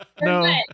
No